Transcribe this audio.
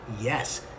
Yes